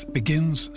begins